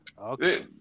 Okay